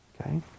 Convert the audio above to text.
Okay